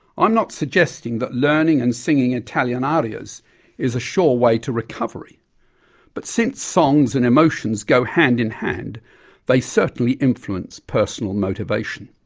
i'm not suggesting that learning and singing italian arias is a sure way to recovery but since songs and emotions go hand in hand they certainly influence personal motivation.